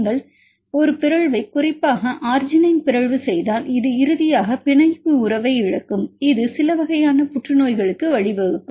நீங்கள் ஒரு பிறழ்வை குறிப்பாக அர்ஜினைன் பிறழ்வு செய்தால் இது இறுதியாக பிணைப்பு உறவை இழக்கும் இது சில வகையான புற்றுநோய்களுக்கு வழிவகுக்கும்